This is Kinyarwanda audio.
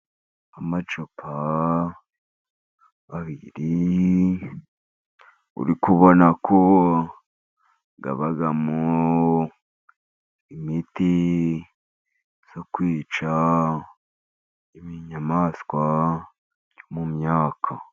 Amacupa abiri uri kubona ko abamo imiti yo kwica imyamaswa yo mu myaka.